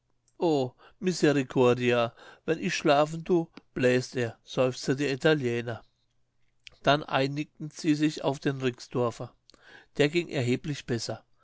wenn ich schlafen du pläst er seufzte der italiener dann einigten sie sich auf den rixdorfer der ging erheblich besser